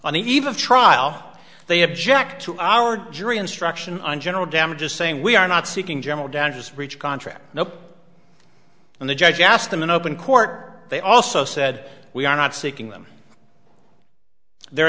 the eve of trial they object to our jury instruction on general damages saying we are not seeking general dentist rich contract no and the judge asked them in open court they also said we are not seeking them there